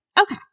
okay